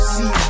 See